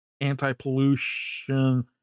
anti-pollution